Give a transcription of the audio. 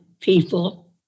people